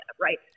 right